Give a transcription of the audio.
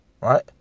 right